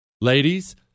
Ladies